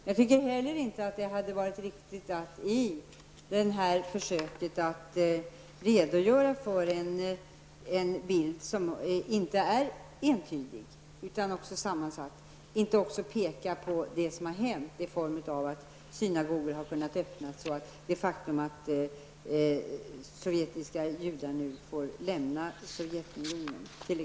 Jag tycker emellertid inte att det hade varit riktigt att i detta försök att redogöra för en bild som inte är entydig utan sammansatt inte också peka på att synagogor har öppnats och att sovjetiska judar får lämna Sovjetunionen.